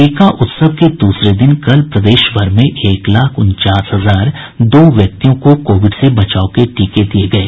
टीका उत्सव के दूसरे दिन कल प्रदेश भर में एक लाख उनचास हजार दो व्यक्तियों को कोविड से बचाव के टीके दिये गये